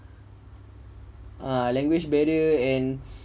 ah language barrier and